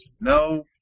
no